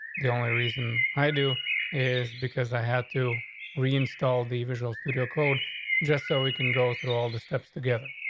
the only reason i do is because i have to reinstall divisional studio code just so we can go through all the steps together.